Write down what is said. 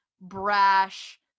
brash